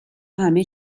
همه